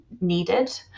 needed